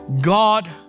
God